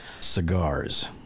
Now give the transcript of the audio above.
Cigars